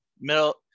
middle